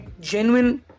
genuine